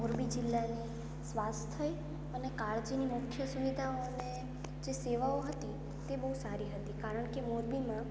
મોરબી જિલ્લાની સ્વાસ્થ્ય અને કાળજીની મુખ્ય સુવિધાઓ અને જે સેવાઓ હતી તે બહુ સારી હતી કારણકે મોરબી જિલ્લો